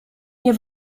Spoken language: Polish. nie